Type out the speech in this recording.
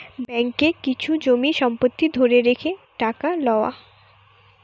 ব্যাঙ্ককে কিছু জমি সম্পত্তি ধরে রেখে টাকা লওয়া